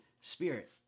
spirit